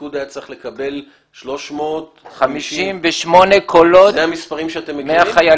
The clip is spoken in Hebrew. הליכוד היה צריך לקבל 358 --- 358 קולות מהחיילים.